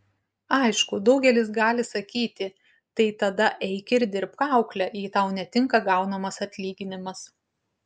aišku daugelis gali sakyti tai tada eik ir dirbk aukle jei tau netinka gaunamas atlyginimas